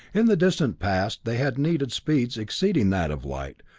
in the distant past they had needed speeds exceeding that of light,